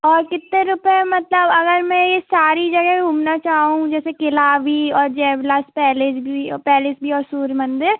और कितने रुपये मतलब अगर मैं ये सारी जगह घूमना चाहूँ जैसे क़िला भी और जय विलास पैलेस भी और पैलेस भी और सूर्य मंदिर